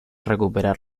recuperar